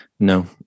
No